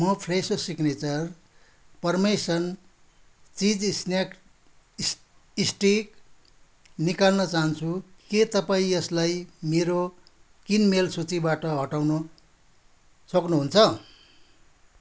म Fresho signature parmesan cheese snack stick निकाल्न चाहन्छु के तपाईँ यसलाई मेरो किनमेल सूचीबाट हटाउन सक्नुहुन्छ